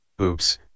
Oops